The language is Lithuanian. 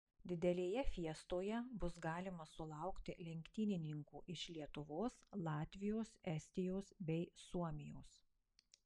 didelėje fiestoje bus galima sulaukti lenktynininkų iš lietuvos latvijos estijos bei suomijos